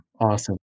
Awesome